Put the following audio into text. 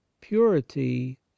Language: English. purity